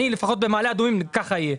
לפחות במעלה אדומים ככה יהיה.